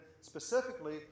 specifically